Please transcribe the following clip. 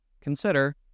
consider